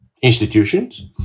institutions